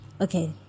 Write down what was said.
Okay